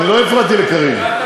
אני לא הפרעתי לקארין.